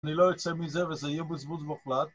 אני לא אצא מזה וזה יהיה בזבוז מוחלט